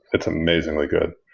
it's amazingly good.